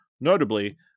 notably